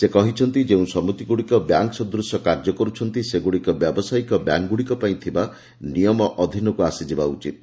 ସେ କହିଛନ୍ତି ଯେଉଁ ସମିତିଗୁଡ଼ିକ ବ୍ୟାଙ୍କ୍ ସଦୂଶ କାର୍ଯ୍ୟ କରୁଛନ୍ତି ସେଗୁଡ଼ିକ ବ୍ୟବସାୟିକ ବ୍ୟାଙ୍କ୍ଗୁଡ଼ିକ ପାଇଁ ଥିବା ନିୟମ ଅଧୀନକୁ ଆସିଯିବା ଉଚିତ୍